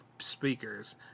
speakers